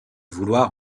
vouloir